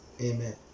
Amen